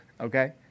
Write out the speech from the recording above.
Okay